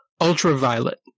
ultraviolet